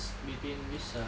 between this ah